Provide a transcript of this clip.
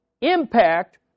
impact